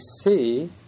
see